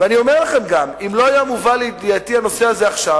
ואני אומר לכם שאם לא היה מובא לידיעתי הנושא הזה עכשיו,